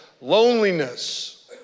loneliness